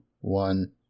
one